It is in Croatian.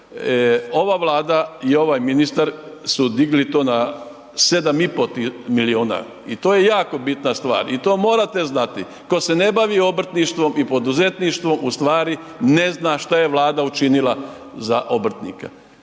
Ova Vlada ovaj ministar su digli to na 7,5 milijuna i to je jako bitna stvar i to morate znati. Tko se ne bavi obrtništvom i poduzetništvom ustvari ne zna šta je Vlada učinila za obrtnike.